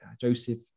Joseph